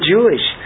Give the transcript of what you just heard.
Jewish